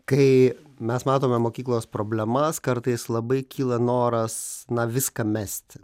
kai mes matome mokyklos problemas kartais labai kyla noras na viską mest